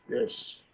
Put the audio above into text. yes